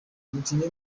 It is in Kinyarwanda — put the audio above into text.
umukinnyi